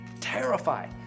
terrified